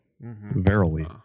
Verily